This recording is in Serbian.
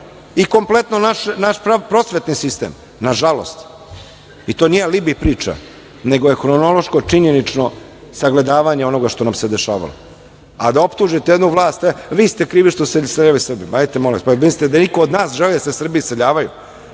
i kompletno naš prosvetni sistem, nažalost. To nije alibi priča, nego je hronološko činjenično sagledavanje onoga što nam se dešavaloDa optužite jednu vlast – vi ste krivi što se iseljavaju Srbi. Hajdete, molim vas, mislite da iko od nas želi da se Srbi iseljavaju?